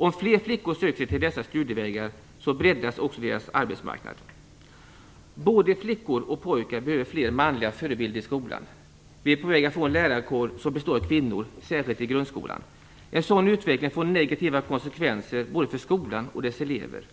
Om fler flickor söker sig till dessa studievägar breddas också deras arbetsmarknad. Både flickor och pojkar behöver fler manliga förebilder i skolan. Vi är på väg att få en lärarkår som består av kvinnor, särskilt i grundskolan. En sådan utveckling får negativa konsekvenser både för skolan och dess elever.